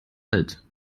alt